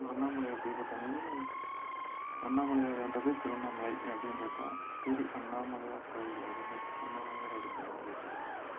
அந்த அண்ணாமலையார் தீபத்து அன்னைக்கு அண்ணாமலையாருன்றது திருவண்ணாமலை அப்டின்றது தான் திரு அண்ணாமலையார் கோவில் அப்படின்னு அண்ணாமலையார் அப்படின்ற மாறிடுச்சு